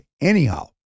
Anyhow